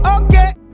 okay